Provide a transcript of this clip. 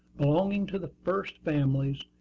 belonging to the first families,